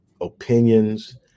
opinions